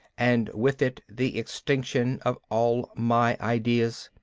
and with it the extinction of all my ideas.